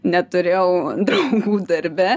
neturėjau draugų darbe